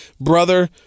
brother